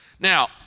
Now